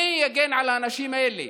מי יגן על האנשים האלה?